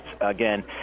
again